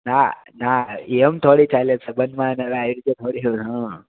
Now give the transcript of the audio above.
ના ના એમ થોડી ચાલે સંબંધમાં આ રીતે થોડી હોય હા